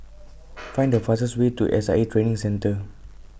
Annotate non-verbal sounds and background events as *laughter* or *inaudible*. *noise* Find The fastest Way to S I A Training Centre